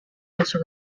also